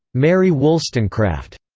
mary wollstonecraft.